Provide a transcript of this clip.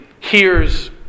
hears